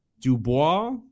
Dubois